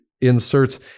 inserts